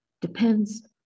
depends